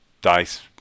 Dice